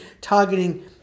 targeting